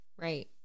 Right